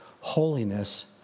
holiness